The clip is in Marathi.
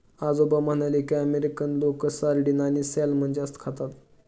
आजोबा म्हणाले की, अमेरिकन लोक सार्डिन आणि सॅल्मन जास्त खातात